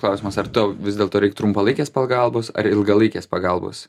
klausimas ar tau vis dėl to reik trumpalaikės pagalbos ar ilgalaikės pagalbos